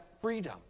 freedom